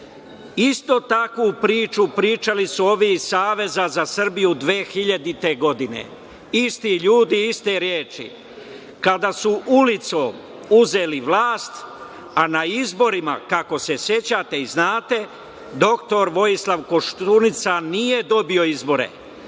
takvu priču pričali su ovi iz Saveza za Srbiju 2000. godine. Isti ljudi, iste reči kada su ulicom uzeli vlast, a na izborima kako se sećate i znate, doktor Vojislav Koštunica nije dobio izbore,